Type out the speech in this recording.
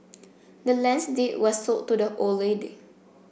the land's deed was sold to the old lady